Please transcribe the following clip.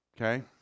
Okay